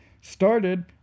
started